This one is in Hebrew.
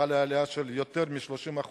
חלה עלייה של יותר מ-30%